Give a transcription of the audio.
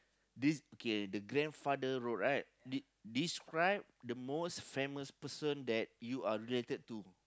this okay the grandfather road right de~ describe the most famous person that you are related to